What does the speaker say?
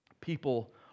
People